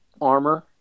armor